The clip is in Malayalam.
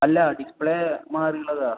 അല്ല ഡിസ്പ്ലേ മാറുന്നതാ